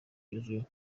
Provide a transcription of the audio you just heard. bigezweho